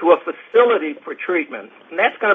to a facility for treatment and that's go